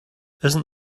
isn’t